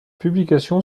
publication